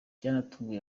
byatunguye